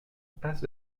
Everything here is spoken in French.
impasse